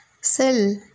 Cell